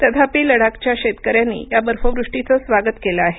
तथापि लडाखच्या शेतकऱ्यांनी या बर्फवृष्टीचं स्वागत केलं आहे